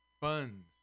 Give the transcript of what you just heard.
Buns